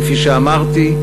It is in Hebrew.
כפי שכבר אמרתי,